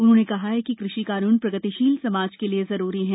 उन्होंने कहा कि कृषि कानून प्रगतिशील समाज के लिए जरूरी है